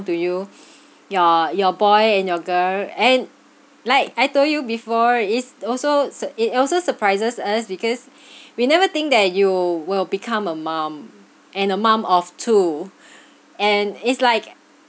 to you your your boy and your girl and like I told you before is also s~ it also surprises us because we never think that you will become a mum and a mum of two and it's like